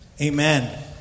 Amen